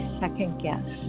second-guess